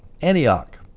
Antioch